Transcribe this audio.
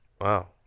Wow